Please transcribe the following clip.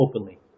openly